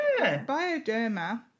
Bioderma